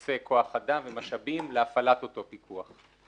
שיוקצה כוח אדם ומשאבים להפעלת אותו פיקוח.